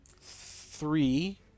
three